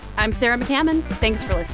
i'm sarah mccammon. thanks for